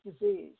disease